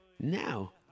Now